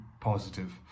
positive